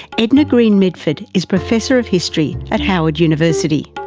edna greene medford is professor of history at howard university.